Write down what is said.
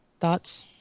Thoughts